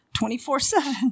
24-7